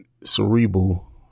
cerebral